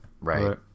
Right